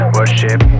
Worship